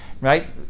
right